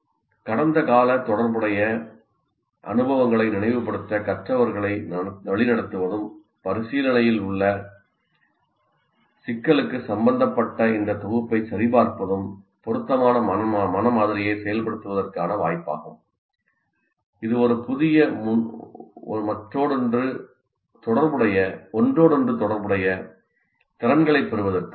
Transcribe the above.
கடந்தகால தொடர்புடைய அனுபவங்களை நினைவுபடுத்த கற்றவர்களை வழிநடத்துவதும் பரிசீலனையில் உள்ள சிக்கலுக்குப் சம்பந்தப்பட்ட இந்தத் தொகுப்பைச் சரிபார்ப்பதும் பொருத்தமான மன மாதிரியை செயல்படுத்துவதற்கான வாய்ப்பாகும் இது ஒரு புதிய ஒன்றோடொன்று தொடர்புடைய திறன்களைப் பெறுவதற்கு உதவுகிறது